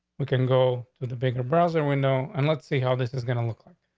we can go to the bigger browser we know and let's see how this is going to look like.